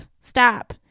stop